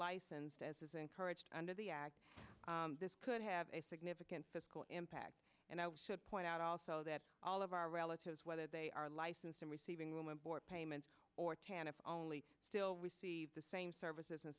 licensed as is encouraged under the act this could have a significant fiscal impact and i should point out also that all of our relatives whether they are licensed and receiving room and board payments or tanach only still receive the same services and